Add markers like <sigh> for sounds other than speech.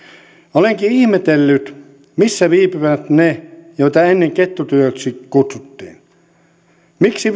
olenkin ihmetellyt missä viipyvät ne joita ennen kettutytöiksi kutsuttiin miksi <unintelligible>